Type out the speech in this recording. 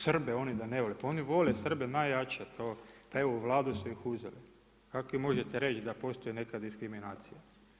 Srbe oni da ne vole, pa oni vole Srbe najjače, pa evo u Vladu su ih uzeli, kako im možete reći da postoji neka diskriminacija.